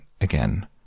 again